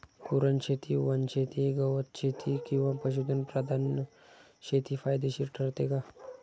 कुरणशेती, वनशेती, गवतशेती किंवा पशुधन प्रधान शेती फायदेशीर ठरते का?